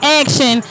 action